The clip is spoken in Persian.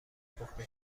پخته